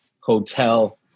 hotel